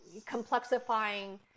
complexifying